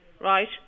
right